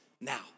now